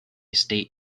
state